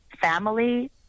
family